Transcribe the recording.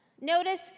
Notice